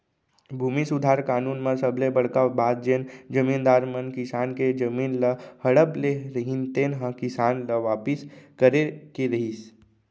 भूमि सुधार कानून म सबले बड़का बात जेन जमींदार मन किसान के जमीन ल हड़प ले रहिन तेन ह किसान ल वापिस करे के रहिस